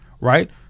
Right